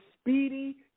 speedy